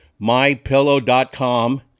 mypillow.com